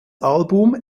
album